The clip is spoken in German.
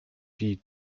die